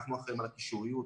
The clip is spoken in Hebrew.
אנחנו אחראים על הקישוריות.